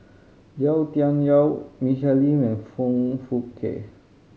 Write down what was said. Yau Tian Yau Michelle Lim and Foong Fook Kay